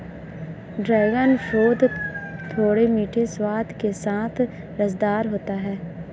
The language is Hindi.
ड्रैगन फ्रूट थोड़े मीठे स्वाद के साथ रसदार होता है